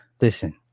Listen